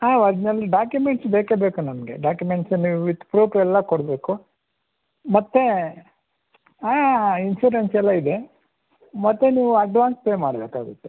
ಹಾಂ original documents ಬೇಕೇ ಬೇಕು ನಮಗೆ ಡಾಕ್ಯುಮೆಂಟ್ಸ್ ನೀವು ವಿಥ್ ಪ್ರೂಫ್ ಎಲ್ಲ ಕೊಡಬೇಕು ಮತ್ತು ಹಾಂ ಇನ್ಸೂರೆನ್ಸ್ ಎಲ್ಲ ಇದೆ ಮತ್ತು ನೀವು ಅಡ್ವಾನ್ಸ್ ಪೇ ಮಾಡಬೇಕಾಗುತ್ತೆ